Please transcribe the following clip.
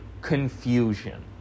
confusion